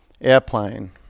Airplane